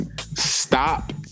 stop